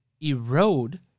erode